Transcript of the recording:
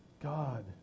God